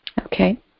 Okay